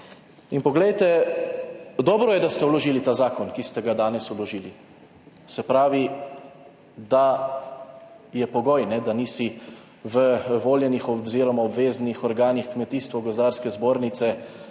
In poglejte, dobro je, da ste vložili ta zakon, ki ste ga danes vložili. Se pravi, da je pogoj, da nisi v voljenih oziroma obveznih organih Kmetijsko-gozdarske zbornice,